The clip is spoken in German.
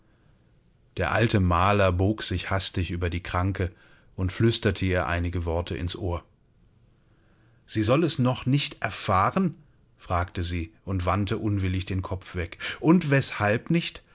der alte maler bog sich hastig über die kranke und flüsterte ihr einige worte ins ohr sie soll es noch nicht erfahren fragte sie und wandte unwillig den kopf weg und weshalb nicht